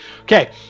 Okay